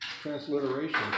transliteration